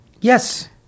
Yes